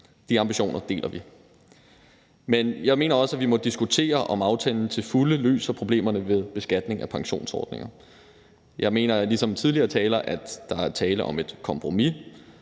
De ambitioner deler vi. Men jeg mener også, at vi må diskutere, om aftalen til fulde løser problemerne ved beskatning af pensionsordninger. Jeg mener ligesom tidligere talere, at der er tale om et kompromis,